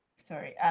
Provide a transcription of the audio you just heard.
sorry, yeah